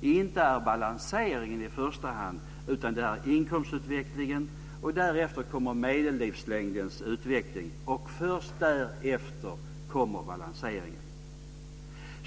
inte är balanseringen i första hand, utan det är inkomstutvecklingen och därefter kommer medellivslängdens utveckling. Först därefter kommer balanseringen.